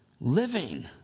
living